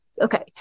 okay